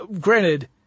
granted